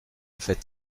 fait